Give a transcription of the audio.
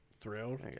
thrilled